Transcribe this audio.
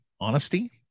honesty